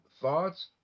Thoughts